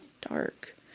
dark